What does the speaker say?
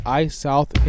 iSouth